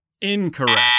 Incorrect